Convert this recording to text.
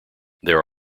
there